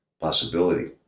Possibility